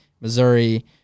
Missouri